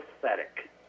pathetic